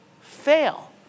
fail